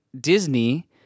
Disney